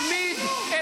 השמדת את